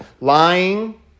lying